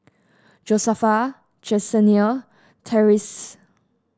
Josefa Jessenia Tyrese